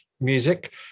music